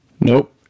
Nope